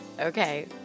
Okay